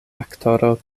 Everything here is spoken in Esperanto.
aktoro